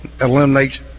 eliminates